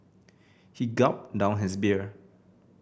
he gulped down his beer